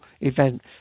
event